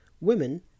women